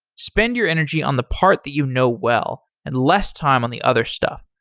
spend your energy on the part that you know well and less time on the other stuff.